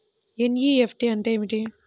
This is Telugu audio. ఎన్.ఈ.ఎఫ్.టీ అంటే ఏమిటీ?